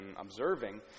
observing